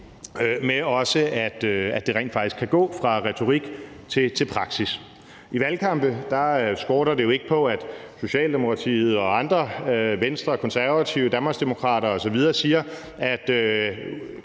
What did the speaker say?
det også rent faktisk kan gå fra retorik til til praksis. I valgkampe skorter det jo ikke på, at Socialdemokratiet og andre, Venstre, Konservative, Danmarksdemokraterne osv., siger, at